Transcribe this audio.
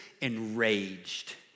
enraged